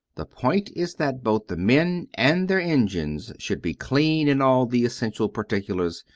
the point is that both the men and their engines should be clean in all the essential particulars,